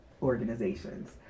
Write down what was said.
organizations